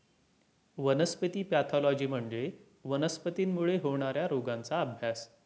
वनस्पती पॅथॉलॉजी म्हणजे वनस्पतींमुळे होणार्या रोगांचा अभ्यास